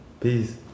Peace